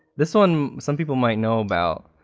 this one some people might know about.